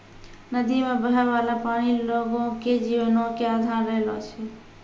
नदी मे बहै बाला पानी लोगो के जीवनो के अधार रहलो छै